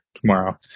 tomorrow